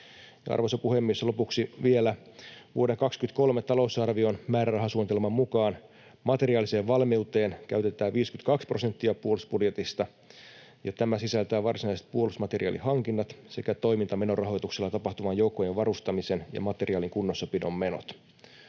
Arvoisa puhemies! Lopuksi vielä: Vuoden 23 talousarvion määrärahasuunnitelman mukaan materiaaliseen valmiuteen käytetään 52 prosenttia puolustusbudjetista, ja tämä sisältää varsinaiset puolustusmateriaalihankinnat sekä toimintamenorahoituksella tapahtuvan joukkojen varustamisen ja materiaalin kunnossapidon menot.